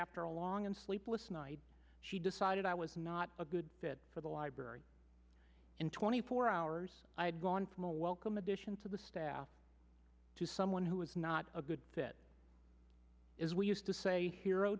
after a long and sleepless night she decided i was not a good fit for the library in twenty four hours i had gone from a welcome addition to the staff to someone who was not a good fit as we used to say hero